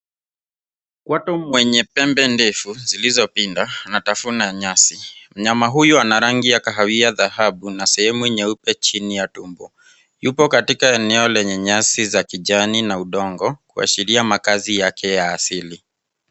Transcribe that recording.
Watu wenye pembe ndefu zilizopinda anatafuna nyasi. Mnyama huyu ana rangi ya kahawia dhahabu na sehemu nyeupe chini ya tumbo. Yupo katika eneo lenye nyasi za kijani na udongo kuashiria makazi yake ya asili.